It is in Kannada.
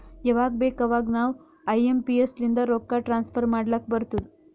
ಯವಾಗ್ ಬೇಕ್ ಅವಾಗ ನಾವ್ ಐ ಎಂ ಪಿ ಎಸ್ ಲಿಂದ ರೊಕ್ಕಾ ಟ್ರಾನ್ಸಫರ್ ಮಾಡ್ಲಾಕ್ ಬರ್ತುದ್